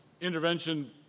intervention